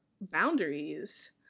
boundaries